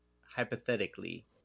hypothetically